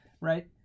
right